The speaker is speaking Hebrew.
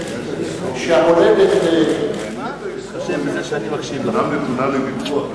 האמת ההיסטורית גם נתונה לוויכוח,